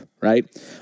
right